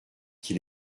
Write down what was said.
qu’il